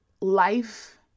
Life